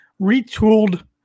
retooled